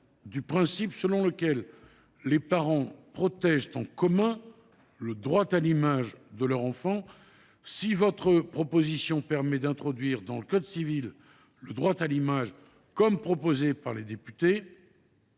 du principe selon lequel les parents protègent en commun le droit à l’image de leur enfant. Si votre proposition permet d’introduire dans le code civil le droit à l’image comme les députés